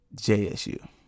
JSU